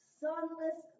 sunless